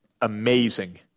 amazing